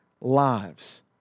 lives